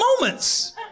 moments